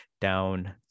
down